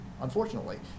Unfortunately